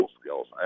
skills